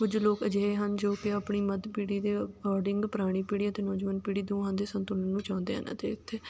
ਕੁਝ ਲੋਕ ਅਜਿਹੇ ਹਨ ਜੋ ਕਿ ਆਪਣੀ ਮੱਧ ਪੀੜ੍ਹੀ ਦੇ ਅਕੋਡਿੰਗ ਪੁਰਾਣੀ ਪੀੜ੍ਹੀ ਅਤੇ ਨੌਜਵਾਨ ਪੀੜ੍ਹੀ ਦੋਹਾਂ ਦੇ ਸੰਤੁਲਨ ਨੂੰ ਚਾਹੁੰਦੇ ਹਨ ਅਤੇ ਇੱਥੇ